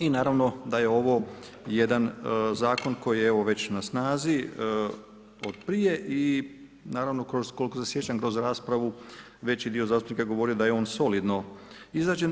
I naravno da je ovo jedan zakon koji je evo već na snazi od prije i naravno koliko se sjećam kroz raspravu veći dio zastupnika je govorio da je on solidno izrađen.